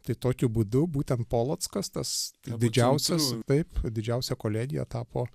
tai tokiu būdu būtent polockas tas didžiausias taip didžiausia kolegija tapo